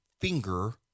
finger